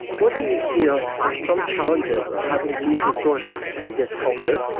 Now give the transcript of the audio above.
what do you feel are some challenges of having these disorders in this culture?